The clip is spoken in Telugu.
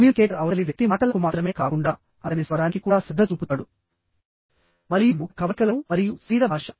కమ్యూనికేటర్ అవతలి వ్యక్తి మాటలకు మాత్రమే కాకుండా అతని స్వరానికి కూడా శ్రద్ధ చూపుతాడు మరియు ముఖ కవళికలను మరియు శరీర భాష